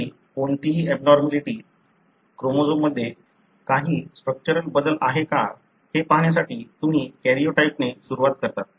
आजही कोणतीही abnormality chromosome मध्ये काही स्ट्रक्चरल बदल आहे का हे पाहण्यासाठी तुम्ही कॅरिओटाइपने सुरुवात करता